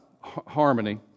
harmony